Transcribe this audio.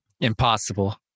Impossible